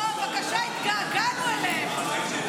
ולפי העמדה שלנו אנחנו צריכים לפעול למען זה.)